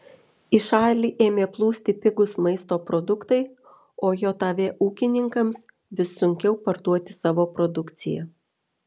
į šalį ėmė plūsti pigūs maisto produktai o jav ūkininkams vis sunkiau parduoti savo produkciją